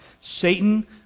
Satan